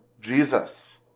Jesus